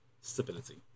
stability